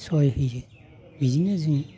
सहाय होयो बिदिनो जों